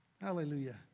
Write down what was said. Hallelujah